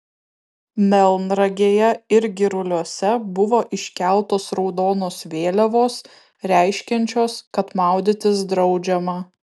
melnragėje ir giruliuose buvo iškeltos raudonos vėliavos reiškiančios kad maudytis draudžiama